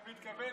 אתה מתכוון,